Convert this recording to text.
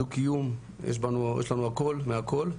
דו קיום - הכל מהכל.